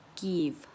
give